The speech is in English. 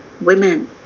women